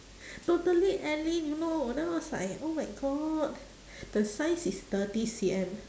totally alyn you know then I was like oh my god the size is thirty C_M